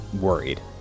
worried